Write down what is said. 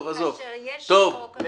כאשר יש חוק --- מיקי, עזוב, עזוב.